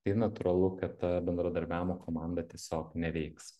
tai natūralu kad ta bendradarbiavimo komanda tiesiog neveiks